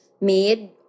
made